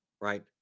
Right